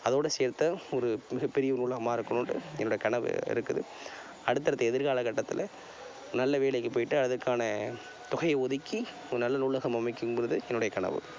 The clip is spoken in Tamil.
அதோடு சேர்த்த ஒரு மிகப்பெரிய ஒரு நூலகமாக இருக்கணுன்ட்டு என்னோடய கனவு இருக்குது அடுத்தடுத்து எதிர்காலக் கட்டத்தில் நல்ல வேலைக்கு போயிட்டு அதுக்கான தொகையை ஒதுக்கி ஒரு நல்ல நூலகம் அமைக்குணுங்கிறது என்னுடைய கனவு